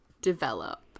develop